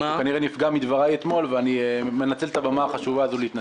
הוא כנראה נפגע מדבריי אתמול ואני מנצל את הבמה החשובה הזאת להתנצל.